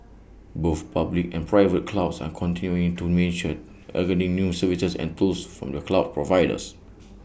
both public and private clouds are continuing to mature adding new services and tools from the cloud providers